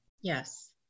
Yes